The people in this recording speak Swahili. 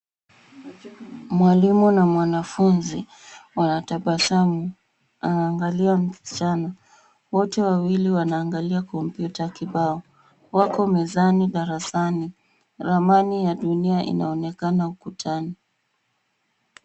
Mwalimu na mwanafunzi wanatabasamu. Anaangalia msichana. Wote wawili wanaangalia kompyuta kibao. Wako mezani darasani. Ramani ya dunia inaonekana ukutani.